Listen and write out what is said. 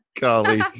Golly